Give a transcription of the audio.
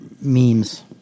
memes